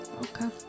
Okay